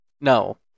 No